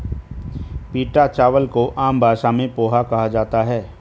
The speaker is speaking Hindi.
पीटा चावल को आम भाषा में पोहा कहा जाता है